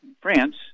France